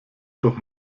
doch